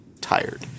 tired